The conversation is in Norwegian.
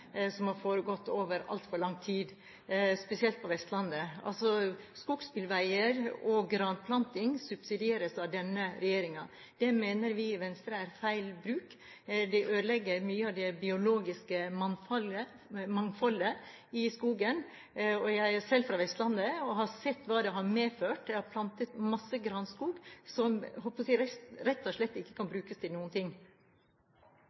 som har foregått over altfor lang tid, spesielt på Vestlandet. Skogsbilveier og granplanting subsidieres av denne regjeringen. Det mener vi i Venstre er feil. Det ødelegger mye av det biologiske mangfoldet i skogen. Jeg er selv fra Vestlandet og har sett hva det har medført. Man har plantet mye granskog som – jeg holdt på å si – rett og slett ikke kan